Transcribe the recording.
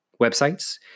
websites